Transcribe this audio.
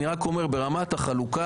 אני רק אומר שברמת החלוקה,